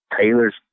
Taylor's